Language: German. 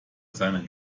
seiner